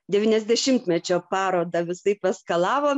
devyniasdešimtmečio parodą visaip eskalavom